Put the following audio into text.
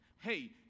Hey